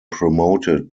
promoted